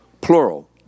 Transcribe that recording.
plural